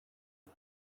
him